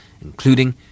including